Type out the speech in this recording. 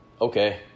Okay